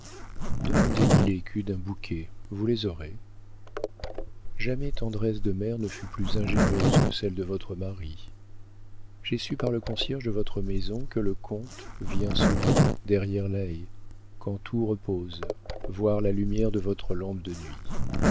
demandez mille écus d'un bouquet vous les aurez jamais tendresse de mère ne fut plus ingénieuse que celle de votre mari j'ai su par le concierge de votre maison que le comte vient souvent derrière la haie quand tout repose voir la lumière de votre lampe de nuit